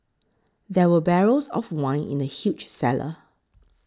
there were barrels of wine in the huge cellar